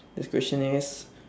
this question is